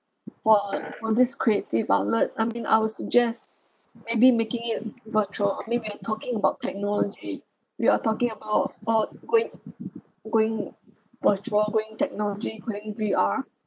for for this creative outlet I mean I will suggest maybe making it virtual I mean we are talking about technology we are talking about uh going going virtual going technology going V_R